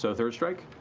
so third strike?